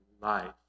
life